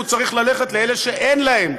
והוא צריך ללכת לאלה שאין להם.